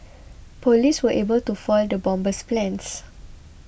police were able to foil the bomber's plans